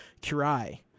Kurai